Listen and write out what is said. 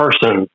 person